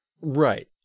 Right